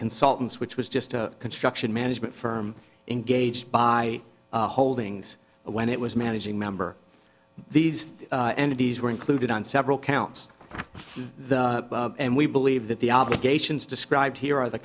consultants which was just a construction management firm engaged by holdings when it was managing member these entities were included on several counts and we believe that the obligations described here are the